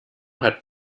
hat